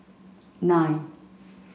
nine